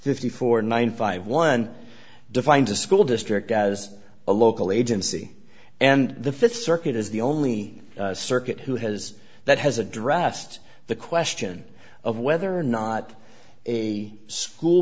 fifty four ninety five one defines a school district as a local agency and the fifth circuit is the only circuit who has that has addressed the question of whether or not a school